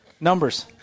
Numbers